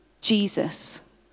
Jesus